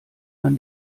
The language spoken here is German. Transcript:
man